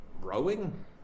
rowing